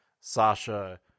Sasha